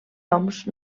homs